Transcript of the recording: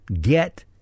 get